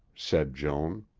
said joan,